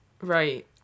Right